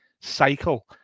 cycle